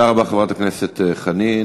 תודה רבה, חברת הכנסת חנין.